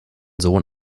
sohn